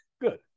good